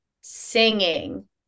singing